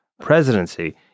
presidency